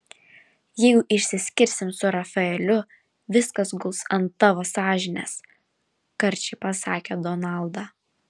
jeigu išsiskirsim su rafaeliu viskas guls ant tavo sąžinės karčiai pasakė donalda